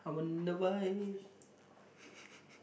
I wonder why